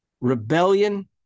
rebellion